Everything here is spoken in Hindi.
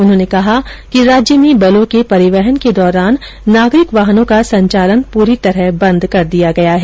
उन्होंने कहा कि राज्य में बलों के परिवहन के दौरान नागरिक वाहनों का संचालन पूरी तरह बंद कर दिया गया है